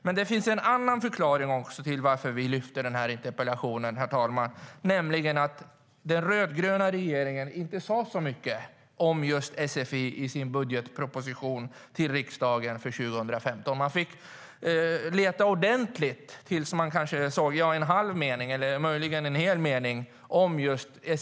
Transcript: Men det finns en annan förklaring till varför vi ställer den här interpellationen, herr talman, nämligen att den rödgröna regeringen inte sa så mycket om just sfi i sin budgetproposition för 2015 till riksdagen. Man fick leta ordentligt innan man såg kanske en halv mening eller möjligen en hel mening om just sfi.